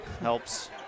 helps